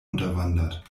unterwandert